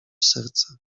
serca